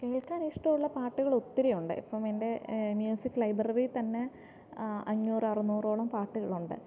കേൾക്കാൻ ഇഷ്ടമുള്ള പാട്ടുകൾ ഒത്തിരിയുണ്ട് ഇപ്പം എൻ്റെ മ്യൂസിക് ലൈബ്രറിയിൽ തന്നെ അഞ്ഞൂറ് അറുനൂറോളം പാട്ടുകളുണ്ട്